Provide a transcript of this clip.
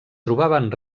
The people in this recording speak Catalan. trobaven